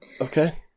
okay